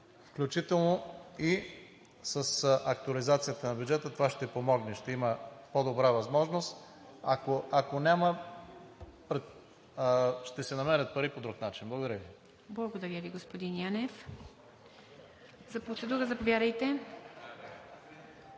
включително и с актуализацията на бюджета. Това ще помогне и ще има по-добра възможност, но ако няма, ще се намерят пари по друг начин. Благодаря Ви. ПРЕДСЕДАТЕЛ ИВА МИТЕВА: Благодаря Ви, господин Янев. За процедура – заповядайте.